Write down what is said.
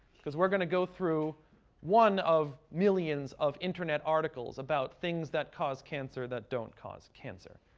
because we're going to go through one of millions of internet articles about things that cause cancer, that don't cause cancer.